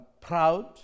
proud